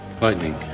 lightning